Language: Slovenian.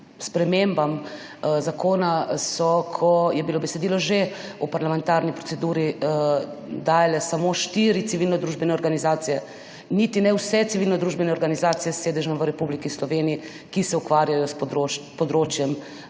spremembam zakona, ko je bilo besedo že v parlamentarni proceduri, so dale samo štiri civilnodružbene organizacije, niti ne vse civilnodružbene organizacije s sedežem v Republiki Sloveniji, ki se ukvarjajo s področjem